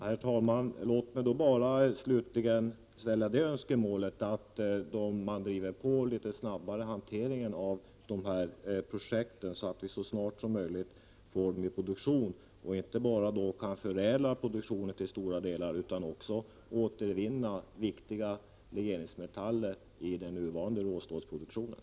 Herr talman! Låt mig då bara slutligen komma med önskemålet att man skall driva på hanteringen av dessa projekt, så att vi så snart som möjligt får i gång en produktion. Det gäller då inte bara att kunna förädla produktionen till stora delar, utan också att återvinna viktiga legeringsmetaller i den nuvarande råstålsproduktionen.